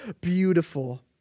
beautiful